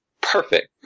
perfect